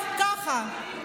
עכשיו ככה,